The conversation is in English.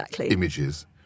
images